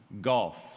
Golf